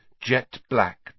jet-black